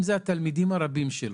אם אלה התלמידים הרבים שלו,